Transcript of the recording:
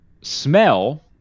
smell